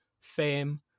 fame